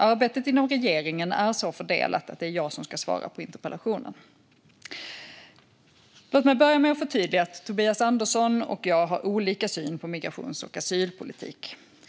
Arbetet inom regeringen är så fördelat att det är jag som ska svara på interpellationen. Låt mig börja med att förtydliga att Tobias Andersson och jag har olika syn på migrations och asylpolitik.